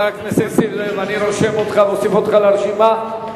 אני מוסיף אותך לרשימה,